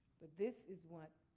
but this is what